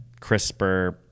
CRISPR